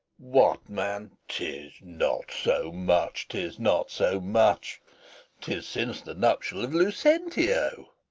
what, man! tis not so much, tis not so much tis since the nuptial of lucentio,